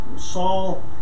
Saul